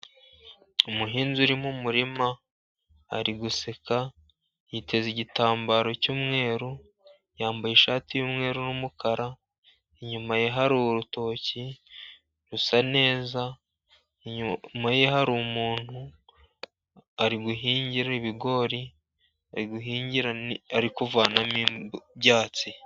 Umuhinza urimo umurima ,ari guseka yiteze igitambaro cy'mweru ,yambaye ishati y'umweru n'umukara, inyuma ye hari urutoki rusa neza, Inyuma ye hari umuntu ari guhingire ibigori ari kuvanamo ibyatsi.